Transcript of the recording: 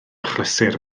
achlysur